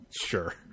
Sure